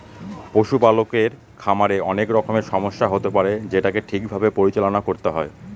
পশুপালকের খামারে অনেক রকমের সমস্যা হতে পারে যেটাকে ঠিক ভাবে পরিচালনা করতে হয়